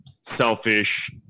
selfish